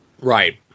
Right